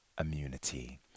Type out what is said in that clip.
immunity